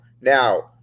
Now